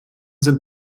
sind